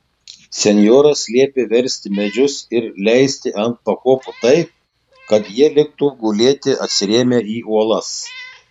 senjoras liepė versti medžius ir leisti ant pakopų taip kad jie liktų gulėti atsirėmę į uolas